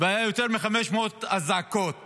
והיו יותר מ-500 אזעקות